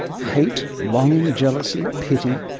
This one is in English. hate, longing, jealousy, pity,